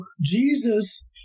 Jesus